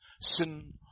Sin